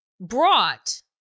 brought